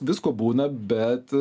visko būna bet